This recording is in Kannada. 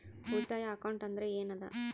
ಉಳಿತಾಯ ಅಕೌಂಟ್ ಅಂದ್ರೆ ಏನ್ ಅದ?